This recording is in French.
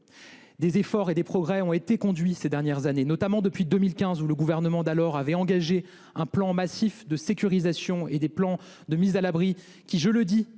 Des efforts et des progrès ont été réalisés ces dernières années, notamment depuis 2015, quand le gouvernement d’alors avait engagé un plan massif de sécurisation et des plans de mise à l’abri. Je le dis,